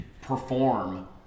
perform